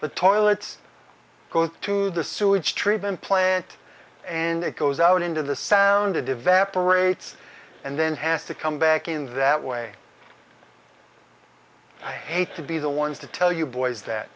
the toilets go to the sewage treatment plant and it goes out into the sound it evaporates and then has to come back in that way i hate to be the ones to tell you boys that